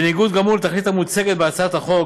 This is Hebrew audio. בניגוד גמור לתכלית המוצגת בהצעת החוק.